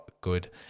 good